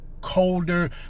colder